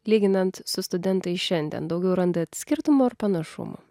lyginant su studentais šiandien daugiau randat skirtumų ar panašumų